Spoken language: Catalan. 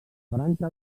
branca